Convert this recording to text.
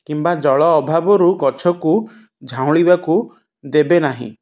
କିମ୍ବା ଜଳ ଅଭାବରୁ ଗଛକୁ ଝାଉଁଳିବାକୁ ଦେବେ ନାହିଁ